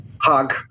Hug